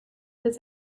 was